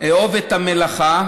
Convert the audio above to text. "אהוב את המלאכה,